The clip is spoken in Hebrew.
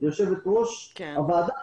יושבת-ראש הוועדה,